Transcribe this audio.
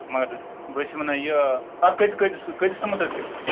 مَگر بہٕ حظ چھُس وَنان یہِ اَتھ کٍتِس کٍتِس کٍتِس تام حظ گَژھَس